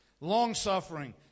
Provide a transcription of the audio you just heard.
long-suffering